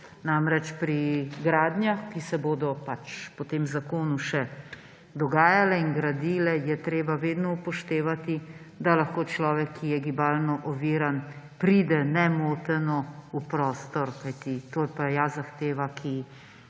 Namreč pri gradnjah, ki se bodo po tem zakonu še dogajale in gradile, je treba vedno upoštevati, da lahko človek, ki je gibalno oviran, pride nemoteno v prostor, kajti to je pa ja zahteva, ki